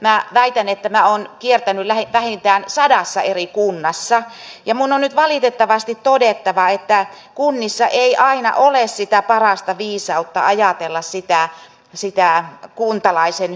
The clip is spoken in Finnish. minä väitän että minä olen kiertänyt vähintään sadassa eri kunnassa ja minun on nyt valitettavasti todettava että kunnissa ei aina ole sitä parasta viisautta ajatella sitä kuntalaisen hyvää